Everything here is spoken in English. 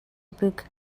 book